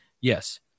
yes